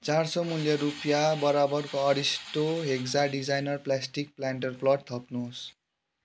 चार सय मूल्य रुपियाँ बराबरको Aristo Hexa designer plastic planter plot थप्नुहोस्